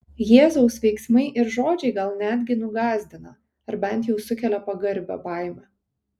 jėzaus veiksmai ir žodžiai gal netgi nugąsdina ar bent jau sukelia pagarbią baimę